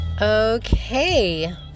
Okay